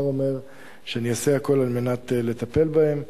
אומר שאני אעשה הכול על מנת לטפל בהם.